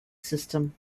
system